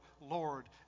Lord